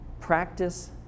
practice